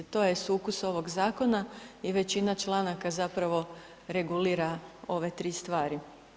To je sukus ovog zakona i većina članaka zapravo regulira ove 3 stvari.